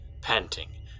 panting